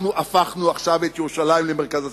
אנחנו הפכנו עכשיו את ירושלים למרכז הסכסוך.